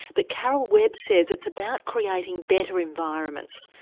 but carole webb says it's about creating better environments,